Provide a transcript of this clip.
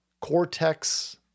Cortex